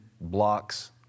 blocks